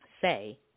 Say